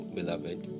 beloved